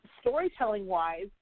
Storytelling-wise